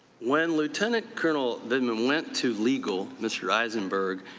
when lieutenant colonel vindman went to legal, mr. eisenberg,